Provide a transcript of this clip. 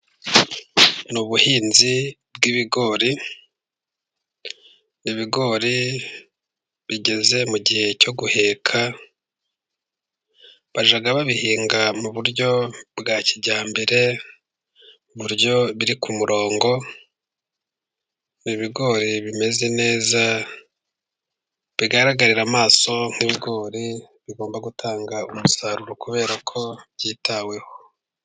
Ni ubuhinzi bw'ibigori, ibigori bigeze mu gihe cyo guheka. Bajya babihinga mu buryo bwa kijyambere mu buryo biri ku murongo. Ibigori bimeze neza bigaragarira amaso nk'ibigori bigomba gutanga umusaruro kubera ko byitaweho.